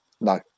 No